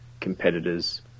competitors